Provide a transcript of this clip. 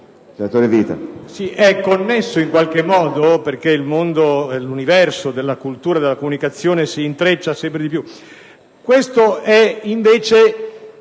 senatore Vita,